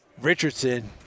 Richardson